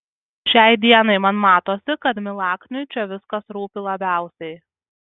šiai dienai man matosi kad milakniui čia viskas rūpi labiausiai